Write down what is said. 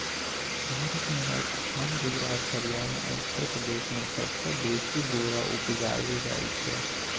भारत मे राजस्थान, गुजरात, हरियाणा आ उत्तर प्रदेश मे सबसँ बेसी बोरा उपजाएल जाइ छै